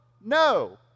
No